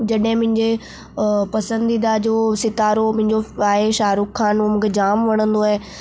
जॾहिं मुंहिंजे पसंदीदा जो सितारो मुंहिंजो आहे शाहरुख़ ख़ान मूंखे जामु वणंदो आहे